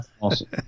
awesome